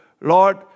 Lord